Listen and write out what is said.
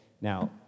Now